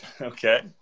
Okay